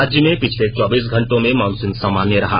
राज्य में पिछले चौबीस घंटों में मॉनसून सामान्य रहा